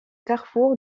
carrefour